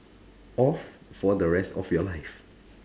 off for the rest of your life